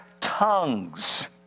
tongues